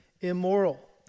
immoral